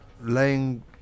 laying